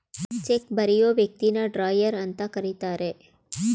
check ಬರಿಯೋ ವ್ಯಕ್ತಿನ drawer ಅಂತ ಕರಿತರೆ